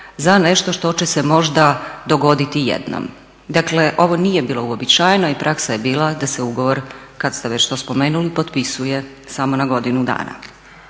za nešto što će se možda dogoditi jednom. Dakle ovo nije bilo uobičajeno i praksa je bila da se ugovor kada ste već to spomenuli potpisuje samo na godinu dana.